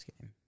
game